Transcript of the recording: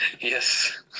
Yes